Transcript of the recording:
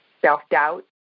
self-doubt